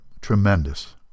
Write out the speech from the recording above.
tremendous